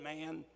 man